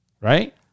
right